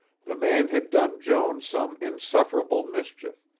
the man had done joan some insufferable mischief,